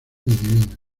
divinas